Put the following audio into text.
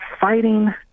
Fighting